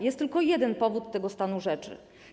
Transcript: Jest tylko jeden powód tego stanu rzeczy.